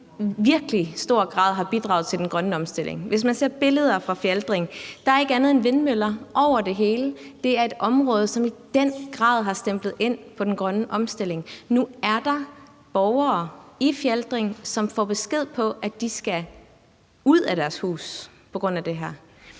stor grad har bidraget til den grønne omstilling. Hvis man ser billeder fra Fjaltring, kan man se, at der ikke er andet end vindmøller over det hele. Det er et område, som i den grad har stemplet ind på den grønne omstilling. Nu er der borgere i Fjaltring, som får besked på, at de skal ud af deres hus på grund af det her.